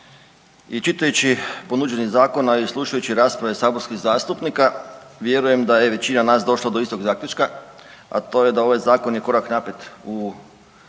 I čitajući ponuđeni zakon, a i slušajući rasprave saborskih zastupnika vjerujem da je većina nas došla do istog zaključka, a to je da ovaj zakon je korak naprijed u